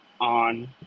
on